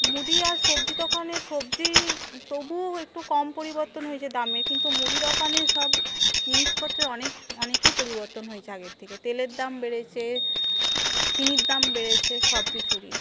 মুদি আর সবজি দোকানে সবজির তবুও একটু কম পরিবর্তন হয়েছে দামে কিন্তু মুদি দোকানে সব জিনিসপত্রে অনেক অনেকই পরিবর্তন হয়েছে আগে থেকে তেলের দাম বেড়েছে চিনির দাম বেড়েছে সবকিছুরই